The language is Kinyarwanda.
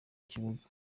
kibuga